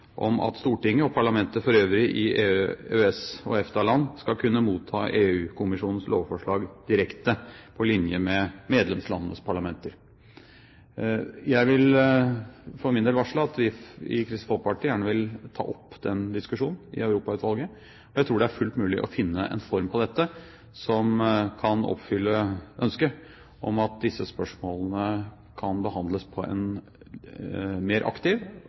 om at Stortinget og parlamentene for øvrig i EØS- og EFTA-land skal kunne motta EU-kommisjonens lovforslag direkte på linje med medlemslandenes parlamenter. Jeg vil for min del varsle at Kristelig Folkeparti gjerne vil ta opp denne diskusjonen i Europautvalget. Jeg tror det er fullt mulig å finne en form som kan oppfylle ønsket om at disse spørsmålene kan behandles på en mer aktiv